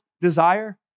desire